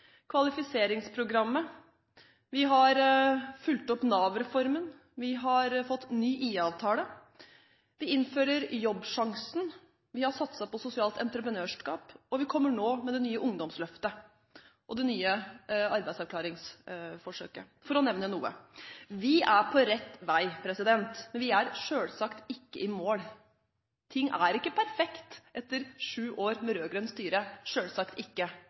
Kvalifiseringsprogrammet, vi har fulgt opp Nav-reformen, vi har fått ny IA-avtale, vi innfører Jobbsjansen, vi har satset på sosialt entreprenørskap, og vi kommer nå med det nye ungdomsløftet og det nye arbeidsavklaringsforsøket, for å nevne noe. Vi er på rett vei, men vi er selvsagt ikke i mål. Ting er ikke perfekt etter sju år med rød-grønt styre, selvsagt ikke,